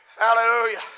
Hallelujah